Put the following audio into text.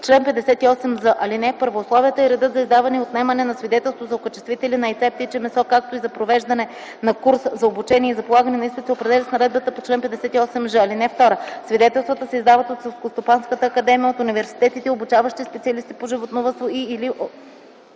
Чл. 58з. (1) Условията и редът за издаване и отнемане на свидетелство за окачествители на яйца и птиче месо, както и за провеждане на курс за обучение и за полагане на изпит се определят с наредба по чл. 58ж. (2) Свидетелствата се издават от Селскостопанската академия, от университетите, обучаващи специалисти по животновъдство, и/или